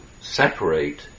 separate